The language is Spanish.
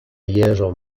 hierro